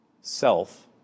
self